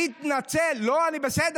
מתנצל, לא, אני בסדר.